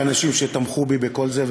לאנשים שתמכו בי בכל זה,